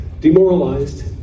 demoralized